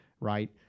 right